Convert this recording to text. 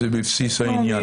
זה בבסיס העניין.